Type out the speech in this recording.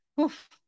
oof